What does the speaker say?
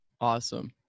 awesome